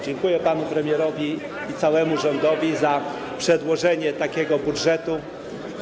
Dziękuję panu premierowi i całemu rządowi za przedłożenie takiego projektu budżetu.